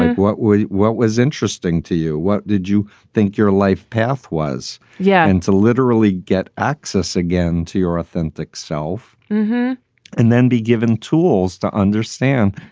what what was interesting to you? what did you think your life path was? yeah. and to literally get access again to your authentic self and then be given tools to understand,